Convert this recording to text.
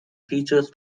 features